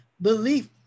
Belief